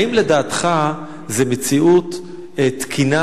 האם לדעתך זו מציאות תקינה?